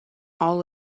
all